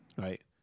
right